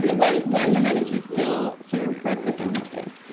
but when when the medici still served breakfast on weekdays.